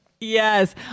Yes